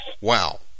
Wow